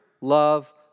love